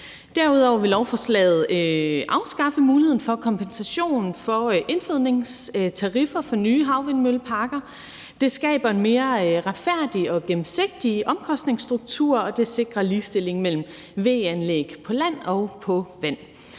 Derudover vil lovforslaget afskaffe muligheden for kompensation for indfødningstariffer for nye havvindmølleparker. Det skaber en mere retfærdig og gennemsigtig omkostningsstruktur, og det sikrer ligestilling mellem VE-anlæg på land og på vand.